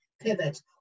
pivot